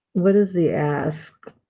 what is the ask?